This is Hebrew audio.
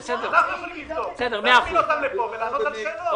זה ועדת בדיקה.